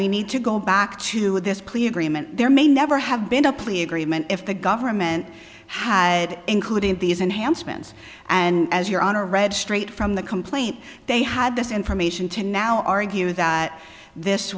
we need to go back to this plea agreement there may never have been a plea agreement if the government had included these enhanced plans and as your honor read straight from the complaint they had this information to now argue that this